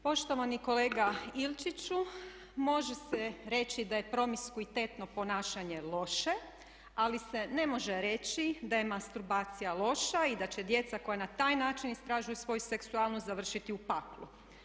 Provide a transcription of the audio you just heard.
Poštovani kolega Ilčiću, može se reći da je promiskuitetno ponašanje loše ali se ne može reći da je mastrubacija loša i da će djeca koja na taj način istražuju svoju seksualnost završiti u paklu.